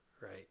right